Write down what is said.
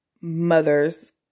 mother's